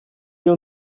wir